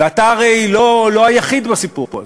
ואתה הרי לא היחיד בסיפור הזה,